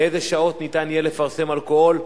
באיזה שעות ניתן יהיה לפרסם אלכוהול,